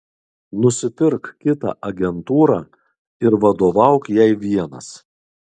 nusipirk kitą agentūrą ir vadovauk jai vienas